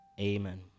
Amen